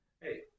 Hey